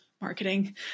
marketing